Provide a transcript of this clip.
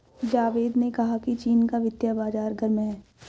जावेद ने कहा कि चीन का वित्तीय बाजार गर्म है